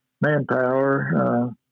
manpower